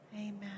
Amen